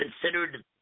considered